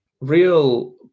Real